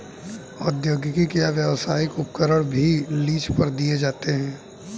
औद्योगिक या व्यावसायिक उपकरण भी लीज पर दिए जाते है